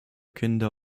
kinder